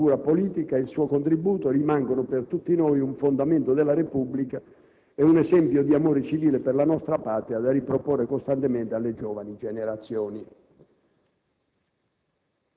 La sua figura politica e il suo contributo rimangono per tutti noi un fondamento della Repubblica ed un esempio di amore civile per la nostra Patria, da riproporre costantemente alle giovani generazioni.